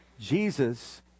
Jesus